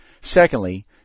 Secondly